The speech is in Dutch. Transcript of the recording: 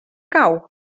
kou